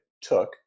took